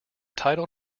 title